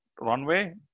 runway